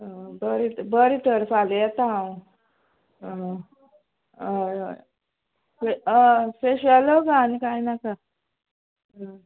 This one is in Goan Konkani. बरें त बरें तर फाल्यां येता हांव हय हय फे हय फेश्यल गो आनी कांय नाका